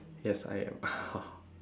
yes I am